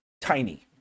tiny